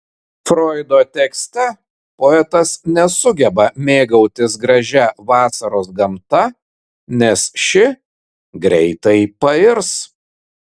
froido tekste poetas nesugeba mėgautis gražia vasaros gamta nes ši greitai pairs